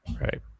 Right